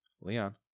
Leon